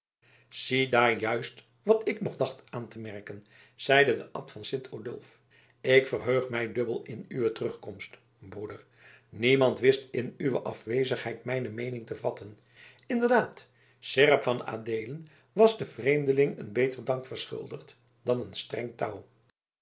ziedaar juist wat ik nog dacht aan te merken zeide de abt van sint odulf ik verheug mij dubbel in uwe terugkomst broeder niemand wist in uwe afwezigheid mijne meening te vatten inderdaad seerp van adeelen was den vreemdeling een beter dank verschuldigd dan een streng touw